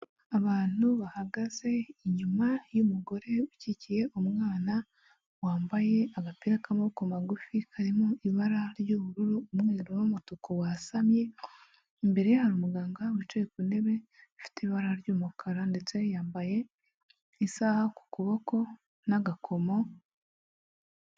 Abantu bahagaze inyuma y'umugore ukikiye umwana wambaye agapira k'amaboko magufi karimo ibara ry'ubururu, umweru n'umutuku wasamye. Imbere hari umuganga wicaye ku ntebe ifite ibara ry'umukara ndetse yambaye isaha ku kuboko n'agakomo.